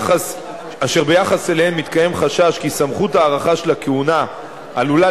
אשר ביחס אליהן מתקיים חשש כי סמכות ההארכה של הכהונה עלולה